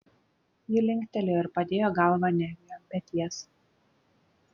ji linktelėjo ir padėjo galvą neviui ant peties